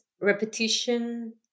repetition